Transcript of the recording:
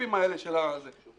הג'יפים האלה של הייטק.